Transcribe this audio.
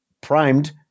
primed